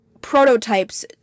prototypes